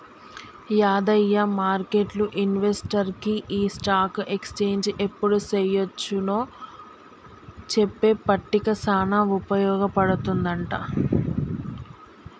యాదయ్య మార్కెట్లు ఇన్వెస్టర్కి ఈ స్టాక్ ఎక్స్చేంజ్ ఎప్పుడు చెయ్యొచ్చు నో చెప్పే పట్టిక సానా ఉపయోగ పడుతుందంట